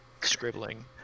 scribbling